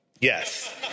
Yes